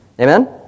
Amen